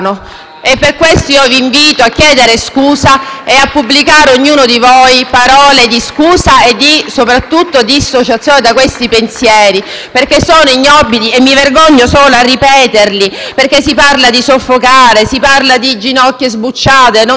a pubblicare - ognuno di voi - parole di scusa e soprattutto di dissociazione da certi pensieri che sono ignobili, che mi vergogno solo a ripetere (si parla di soffocare, si parla di ginocchia sbucciate). Non vi invito a vedere il *blog* dei 5 Stelle per rendervi conto della gravità